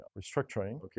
restructuring